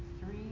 three